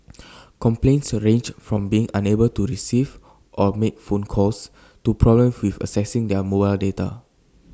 complaints ranged from being unable to receive or make phone calls to problems with accessing their mobile data